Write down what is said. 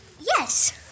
Yes